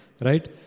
Right